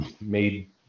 made